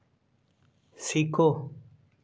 सीखो